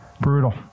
Brutal